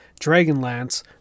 Dragonlance